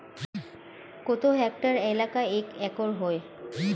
কত হেক্টর এলাকা এক একর হয়?